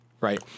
right